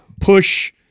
push